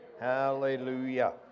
Hallelujah